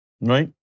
right